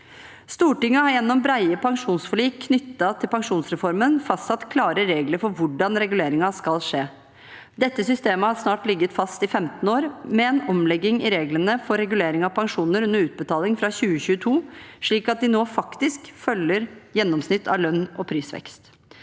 Stortinget har gjennom brede pensjonsforlik knyttet til pensjonsreformen fastsatt klare regler for hvordan reguleringen skal skje. Dette systemet har snart ligget fast i 15 år, med en omlegging i reglene for regulering av pensjoner under utbetaling fra 2022, slik at de nå faktisk følger gjennomsnitt av lønns- og prisvekst.